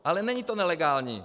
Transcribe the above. Ale není to nelegální.